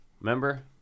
Remember